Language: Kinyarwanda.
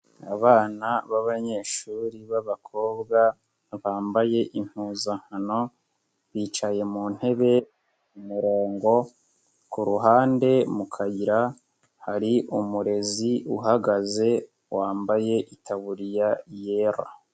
Abana b'abanyeshuri b'abakobwa bambaye impuzankano, bicaye mu ntebe umurongo, ku ruhande mu kayira hari umurezi uhagaze wambaye itaburiya yera.